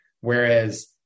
Whereas